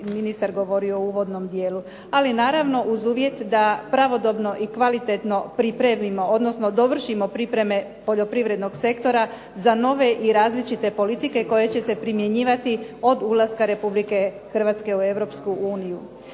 ministar govorio u uvodnom dijelu, ali naravno uz uvjet da pravodobno i kvalitetno pripremimo, odnosno dovršimo pripreme poljoprivrednog sektora za nove i različite politike koje će se primjenjivati od ulaska Republike Hrvatske u